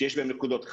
שיש בהם נקודות חמצן,